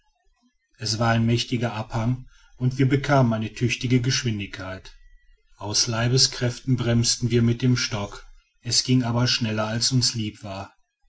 es war ein mächtiger abhang und wir bekamen eine tüchtige geschwindigkeit aus leibeskräften bremsten wir mit dem stock es ging aber schneller als uns lieb war